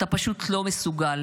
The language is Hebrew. אתה פשוט לא מסוגל,